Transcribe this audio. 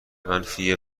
منفی